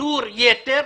שיטור יתר